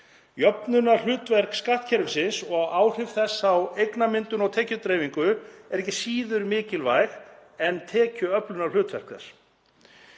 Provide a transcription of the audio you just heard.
Jöfnunarhlutverk skattkerfisins og áhrif þess á eignarmyndun og tekjudreifingu eru ekki síður mikilvæg en tekjuöflunarhlutverk þess.